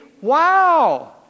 wow